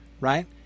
right